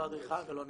לא אדריכל ולא ניצחון.